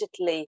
digitally